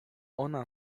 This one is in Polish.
ona